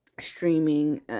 streaming